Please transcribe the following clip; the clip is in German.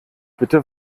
bitte